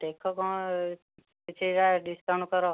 ଦେଖ କ'ଣ କିଛିଟା ଡିସକାଉଣ୍ଟ କର